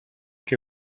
que